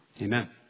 Amen